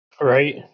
Right